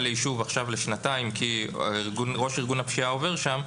ליישוב עכשיו לשנתיים כי ראש ארגון הפשיעה עובר שם.